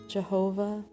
Jehovah